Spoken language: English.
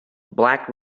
black